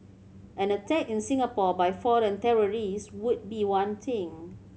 an attack in Singapore by foreign terrorists would be one thing